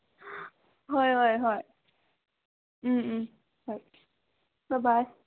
ꯍꯣꯏ ꯍꯣꯏ ꯍꯣꯏ ꯎꯝ ꯎꯝ ꯍꯣꯏ ꯕꯥꯏ ꯕꯥꯏ